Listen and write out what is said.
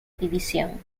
división